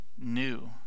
new